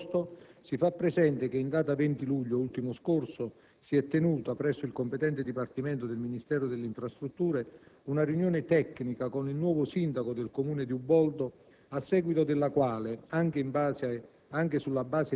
Ciò posto, si fa presente che, in data 20 luglio ultimo scorso, si è tenuta, presso il competente dipartimento del Ministero delle infrastrutture, una riunione tecnica con il nuovo sindaco del Comune di Uboldo, a seguito della quale, anche sulla base